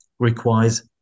requires